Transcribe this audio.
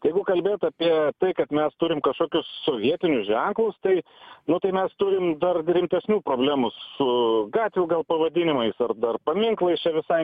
jeigu kalbėt apie tai kad mes turim kažkokius sovietinius ženklus tai nu tai mes turim dar rimtesnių problemų su gatvių gal pavadinimais ar dar paminklais čia visai